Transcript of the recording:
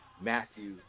Matthew